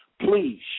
Please